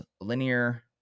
linear